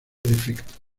defecto